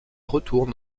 retourne